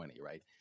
right